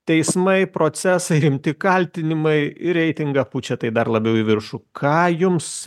teismai procesai rimti kaltinimai reitingą pučia tai dar labiau į viršų ką jums